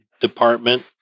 department